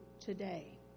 today